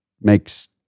makes